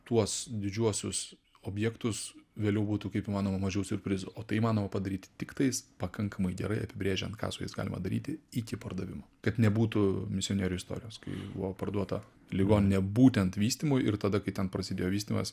tuos didžiuosius objektus vėliau būtų kaip įmanoma mažiau siurprizų o tai įmanoma padaryti tiktais pakankamai gerai apibrėžiant ką su jais galima daryti iki pardavimo kad nebūtų misionierių istorijos kai buvo parduota ligoninė būtent vystymui ir tada kai ten prasidėjo vystymas